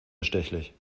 bestechlich